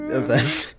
event